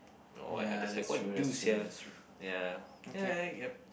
or what I just like what you do sia ya ya yup